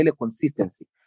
consistency